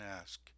ask